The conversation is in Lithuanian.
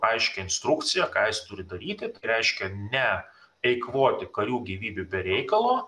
aiškią instrukciją ką jis turi daryti tai reiškia ne eikvoti karių gyvybių be reikalo